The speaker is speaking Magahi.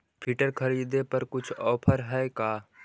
फिटर खरिदे पर कुछ औफर है का?